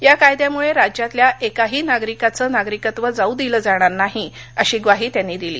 या कायद्यामूळे राज्यातल्या एकाही नागरिकाचं नागरिकत्व जाऊ दिलं जाणार नाही अशी ग्वाही त्यांनी दिली